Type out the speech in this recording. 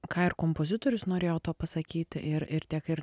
ką ir kompozitorius norėjo tuo pasakyti ir ir tiek ir